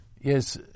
yes